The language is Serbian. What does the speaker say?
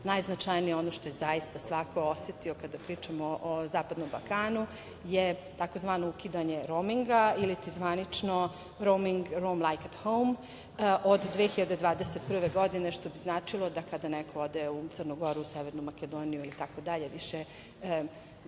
najznačajnije, ono što je zaista svako osetio kada pričamo o zapadnom Balkanu, je tzv. ukidanje rominga, iliti zvanično "roming room like at home" od 2021. godine, što bi značilo da kada neko u Crnu Goru, Severnu Makedoniju itd, u tom je